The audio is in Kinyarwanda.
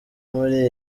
muri